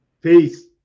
Peace